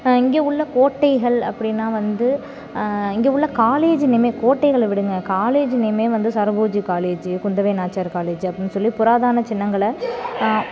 இங்கே உள்ள கோட்டைகள் அப்படின்னா வந்து இங்கே உள்ள காலேஜி நேம்மே கோட்டைகளை விடுங்க காலேஜி நேம்மே வந்து சரபோஜி காலேஜி குந்தவை நாச்சியார் காலேஜி அப்படின்னு சொல்லி புராதான சின்னங்களை